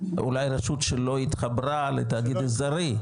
אולי רשות שלא התחברה לתאגיד אזורי?